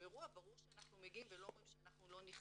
אירוע ברור שאנחנו מגיעים ולא אומרים שאנחנו לא נכנסים.